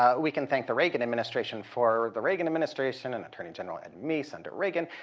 ah we can thank the reagan administration for. the reagan administration and attorney general ed meese under reagan,